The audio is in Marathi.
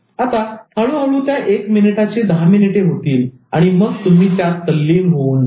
आता हळूहळू त्या एक मिनिटाचे दहा मिनिटे होतील आणि मग तुम्ही त्यात तल्लीन होऊन जाल